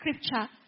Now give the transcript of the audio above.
scripture